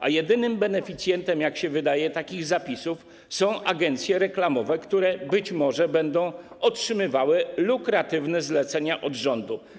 A jedynym beneficjentem, jak się wydaje, takich zapisów są agencje reklamowe, które być może będą otrzymywały lukratywne zlecenia od rządu.